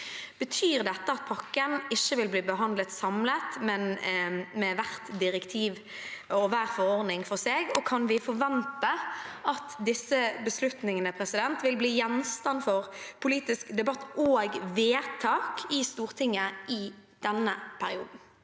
Betyr dette at pakken ikke vil bli behandlet samlet, men hvert direktiv og hver forordning for seg, og kan vi forvente at disse beslutningene vil bli gjenstand for politisk debatt og vedtak i Stortinget i denne